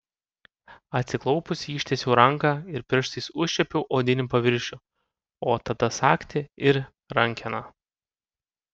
atsiklaupusi ištiesiau ranką ir pirštais užčiuopiau odinį paviršių o tada sagtį ir rankeną